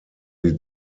die